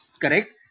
correct